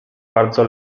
bardzo